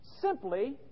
simply